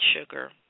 sugar